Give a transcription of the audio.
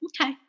Okay